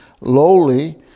lowly